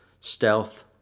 stealth